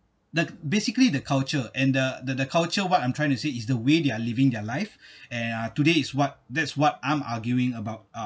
that basically the culture and the the the culture what I'm trying to say is the way they're living their life and today is what that's what I'm arguing about